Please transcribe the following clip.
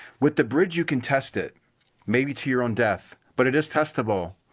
with the bridge, you can test it maybe to your own death but it is testable.